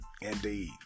Indeed